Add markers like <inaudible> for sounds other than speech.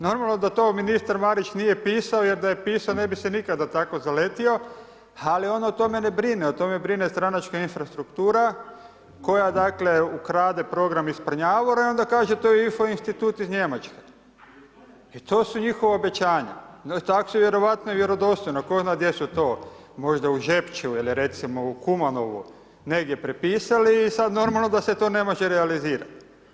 Normalno da to ministar Marić nije pisao, jer da je pisao ne bi se nikada tako zaletio, ali on o tome ne brine, o tome brine stranačka infrastruktura, koja dakle, ukrade program iz Prnjavora onda kaže to je info institut iz Njemačke i to su njihova obećanja. … <unintelligible> vjerojatno i vjerodostojno, tko zna gdje su to, možda u Žepču ili recimo u Kumanovu, negdje prepisali i sada normalan da se to ne ože realizirati.